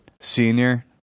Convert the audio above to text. senior